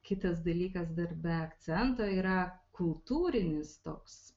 kitas dalykas darbe akcento yra kultūrinis toks